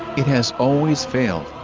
it has always failed.